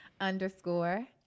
underscore